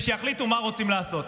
ושיחליטו מה הולכים לעשות.